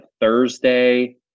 Thursday